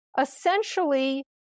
essentially